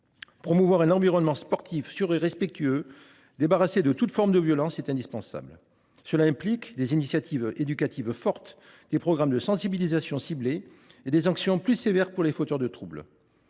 promotion d’un environnement sportif sûr et respectueux, débarrassé de toute forme de violence, est indispensable. Cela implique des initiatives éducatives fortes, des programmes de sensibilisation ciblés et des sanctions plus sévères pour les fauteurs de troubles.